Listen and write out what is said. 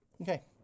Okay